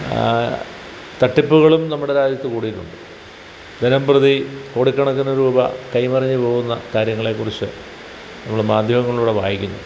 തട്ടിപ്പുകളും നമ്മുടെ രാജ്യത്ത് കൂടിയിട്ടുണ്ട് ദിനംപ്രതി കോടിക്കണക്കിന് രൂപ കൈമറിഞ്ഞ് പോകുന്ന കാര്യങ്ങളെക്കുറിച്ച് നമ്മള് മാധ്യമങ്ങളിലൂടെ വായിക്കുന്നുണ്ട്